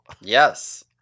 Yes